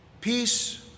peace